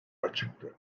açıktı